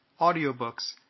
audiobooks